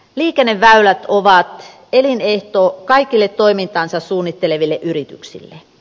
liikenneväylät ovat elinehto kaikille toimintaansa suunnitteleville yrityksille